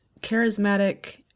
charismatic